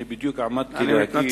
אני בדיוק עמדתי להגיד.